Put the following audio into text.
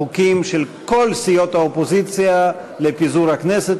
חוקים של כל סיעות האופוזיציה לפיזור הכנסת,